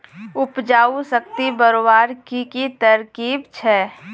उपजाऊ शक्ति बढ़वार की की तरकीब छे?